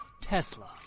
Tesla